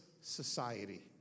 society